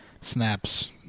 snaps